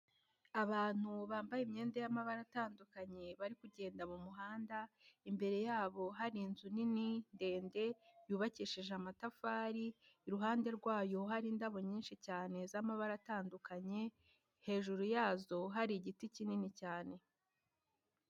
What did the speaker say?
Abantu bambaye imyenda y'amabara atandukanye bari kugenda mu muhanda, imbere yabo hari inzu nini ndende yubakishije amatafari, iruhande rwayo hari indabo nyinshi cyane z'amabara atandukanye, hejuru yazo hari igiti kinini cyane.